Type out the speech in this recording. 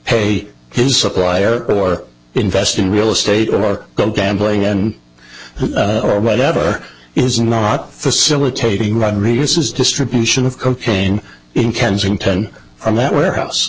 pay his supplier or invest in real estate or go gambling and or whatever is a not facilitating rodriguez's distribution of cocaine in kensington and that warehouse